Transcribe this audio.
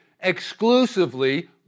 exclusively